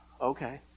Okay